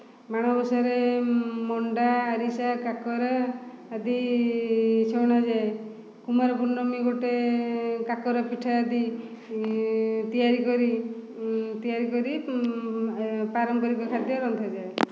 ମାଣବସା ରେ ମଣ୍ଡା ଆରିସା କାକରା ଆଦି ଛଣା ଯାଏ କୁମାରପୂର୍ଣ୍ଣିମୀ ଗୋଟିଏ କାକରା ପିଠା ଆଦି ତିଆରି କରି ତିଆରି କରି ପାରମ୍ପରିକ ଖାଦ୍ୟ ରନ୍ଧାଯାଏ